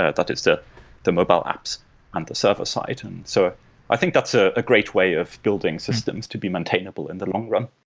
that that is the mobile apps and the server-side. and so i think that's a great way of building systems to be maintainable in the long run.